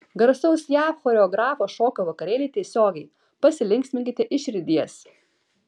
garsaus jav choreografo šokio vakarėliai tiesiogiai pasilinksminkite iš širdies